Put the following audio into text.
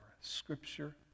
Scripture